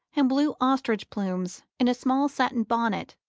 and blue ostrich plumes in a small satin bonnet,